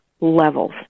levels